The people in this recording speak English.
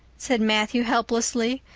said matthew helplessly,